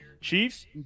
Chiefs